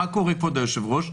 מה קורה, כבוד היושב-ראש?